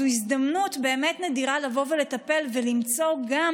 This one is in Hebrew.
זו הזדמנות באמת נדירה לבוא ולטפל ולמצוא גם